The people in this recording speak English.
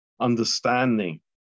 understanding